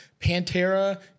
Pantera